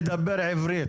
נדבר עברית,